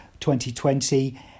2020